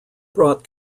brought